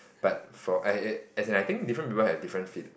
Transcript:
but for I I I as in I think different people have different fe~